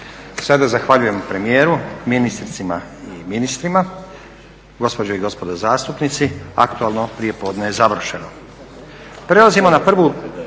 Sada zahvaljujem premijeru, ministricama i ministrima. Gospođe i gospodo zastupnici, aktualno prijepodne je završeno.